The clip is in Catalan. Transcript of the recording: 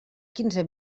quinze